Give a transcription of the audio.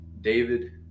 David